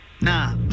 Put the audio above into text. Nah